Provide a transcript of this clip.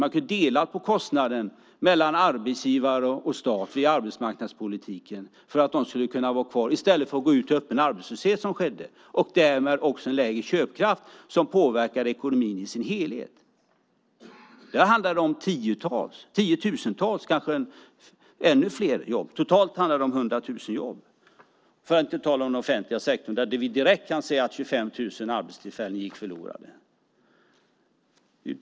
Man kunde ha delat på kostnaden mellan arbetsgivarna och staten via arbetsmarknadspolitiken för att de skulle kunna vara kvar i stället för att gå ut i öppen arbetslöshet, som skedde. Därmed blev det också lägre köpkraft, vilket påverkar ekonomin i dess helhet. Där handlar det om tiotusentals jobb, kanske ännu fler. Totalt handlar det om 100 000 jobb - för att inte tala om den offentliga sektorn, där vi direkt kan säga att 25 000 arbetstillfällen gick förlorade.